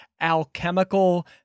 alchemical